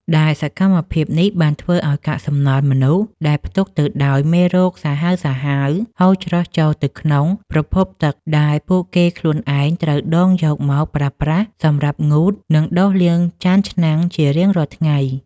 ដែលសកម្មភាពនេះបានធ្វើឱ្យកាកសំណល់មនុស្សដែលផ្ទុកទៅដោយមេរោគសាហាវៗ ហូរច្រោះចូលទៅក្នុងប្រភពទឹកដែលពួកគេខ្លួនឯងត្រូវដងយកមកប្រើប្រាស់សម្រាប់ងូត និងដុសលាងចានឆ្នាំងជារៀងរាល់ថ្ងៃ។